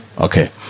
Okay